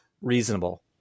reasonable